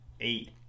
eight